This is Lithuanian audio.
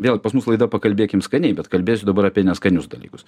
vėl pas mus laida pakalbėkim skaniai bet kalbėsiu dabar apie neskanius dalykus